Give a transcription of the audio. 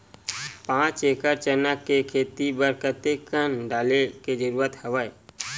पांच एकड़ चना के खेती बर कते कन डाले के जरूरत हवय?